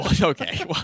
okay